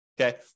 okay